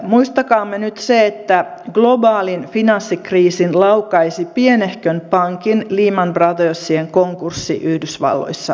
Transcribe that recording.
muistakaamme nyt se että globaalin finanssikriisin laukaisi pienehkön pankin lehman brothersin konkurssi yhdysvalloissa